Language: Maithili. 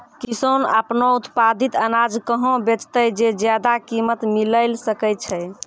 किसान आपनो उत्पादित अनाज कहाँ बेचतै जे ज्यादा कीमत मिलैल सकै छै?